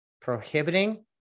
prohibiting